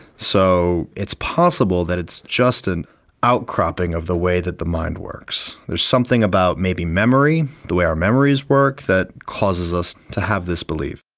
so it's possible that it's just an outcropping of the way that the mind works. there's something about maybe memory, the way our memories work that causes us to have this belief.